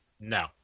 No